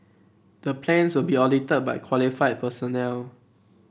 the plans will be audited by qualified personnel